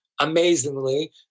amazingly